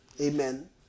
Amen